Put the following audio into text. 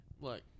Look